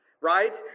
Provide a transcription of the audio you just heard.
right